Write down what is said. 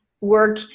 work